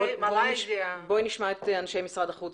נשמע את אנשי משרד החוץ.